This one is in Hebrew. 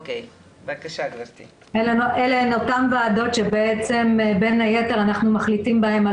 ועדות תכנון טיפול הן אותן ועדות שבין היתר אנחנו מחליטים בהן על